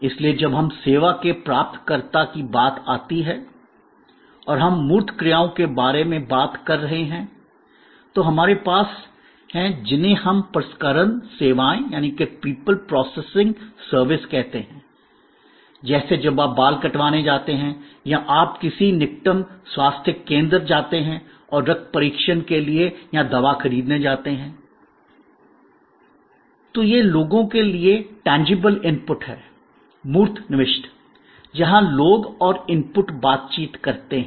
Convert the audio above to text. इसलिए जब हम सेवा के प्राप्तकर्ता की बात आती है और हम मूर्त क्रियाओं के बारे में बात कर रहे हैं तो हमारे पास हैं जिन्हें हम प्रसंस्करण सेवाएं पीपल प्रोसेसिंग सर्विसेज कहते हैं जैसे जब आप बाल कटवाने जाते हैं या आप किसी निकटतम स्वास्थ्य केंद्र जाते हैं और रक्त परीक्षण के लिए या दवा खरीदने जाते हैं l तो ये लोगों के लिए मूर्त निविष्ट हैं जहां लोग और इनपुट बातचीत करते हैं